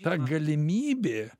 ta galimybė